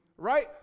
right